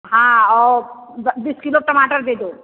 हाँ और बीस किलो टमाटर दे दो